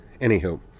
Anywho